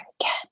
again